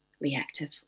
reactive